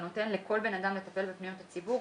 נותן לכל בן אדם לטפל בפניות הציבור,